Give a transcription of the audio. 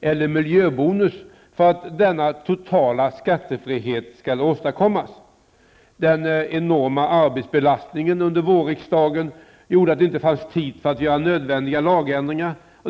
eller miljöbonus för att denna totala skattefrihet skall kunna åstadkommas. Den enorma arbetsbelastningen under vårriksdagen gjorde att det inte fanns tid för att göra nödvändiga lagändringar.